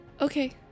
Okay